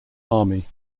army